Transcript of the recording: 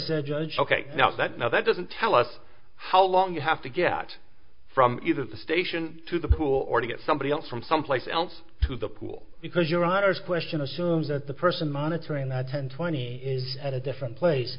judge ok now that now that doesn't tell us how long you have to get out from either the station to the pool or to get somebody else from someplace else to the pool because your honor's question assumes that the person monitoring that sent twenty is at a different place